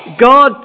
God